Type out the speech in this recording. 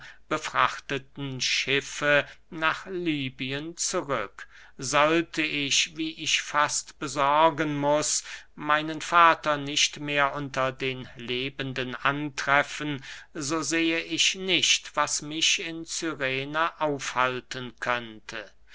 betrachteten schiffe nach lybien zurück sollte ich wie ich fast besorgen muß meinen vater nicht mehr unter den lebenden antreffen so sehe ich nicht was mich in cyrene aufhalten könnte